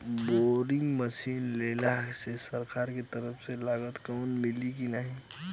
Boring machine लेला मे सरकार के तरफ से लागत कवर मिली की नाही?